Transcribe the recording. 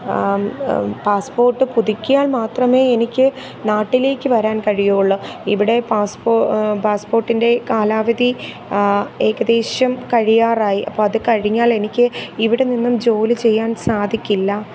passport പുതുക്കിയാൽ മാത്രമേ എനിക്ക് നാട്ടിലേക്ക് വരാൻ കഴിയുക ഉള്ളു ഇവിടെ പാസ്പ്പോ പാസ്പോർട്ടിൻ്റെ കാലാവധി ഏകദേശം കഴിയാറായി അപ്പം അത് കഴിഞ്ഞാൽ എനിക്ക് ഏകദേശം ഇവിടെ നിന്നും ജോലിചെയ്യാൻ സാധിക്കില്ല